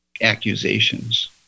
accusations